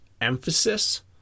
emphasis